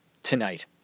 tonight